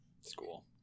school